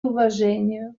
уважению